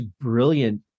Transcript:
brilliant